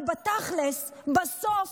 אבל בתכלס בסוף